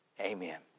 amen